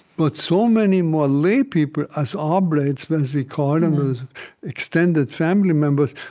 but so many more lay people as oblates, but as we call them, as extended family members,